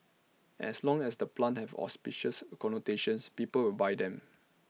as long as the plants have auspicious connotations people will buy them